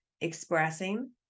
expressing